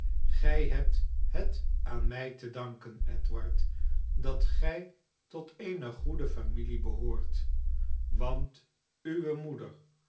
gij hebt het aan my te danken edward dat gij tot eene goede familiebehoort want uwe moeder